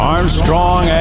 Armstrong